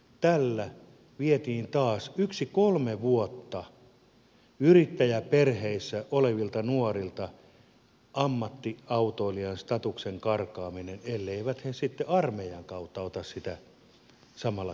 tällä karkasi taas kolmen vuoden päähän yrittäjäperheissä olevilta nuorilta ammattiautoilijan status elleivät he sitten armeijan kautta ota sitä samalla kertaa mukaansa